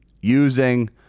using